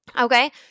Okay